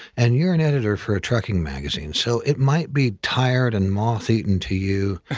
and you're an editor for a trucking magazine, so it might be tired and moth eaten to you,